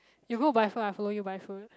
you go buy food I follow you buy food